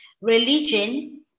religion